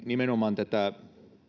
nimenomaan tätä